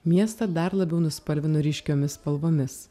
miestą dar labiau nuspalvino ryškiomis spalvomis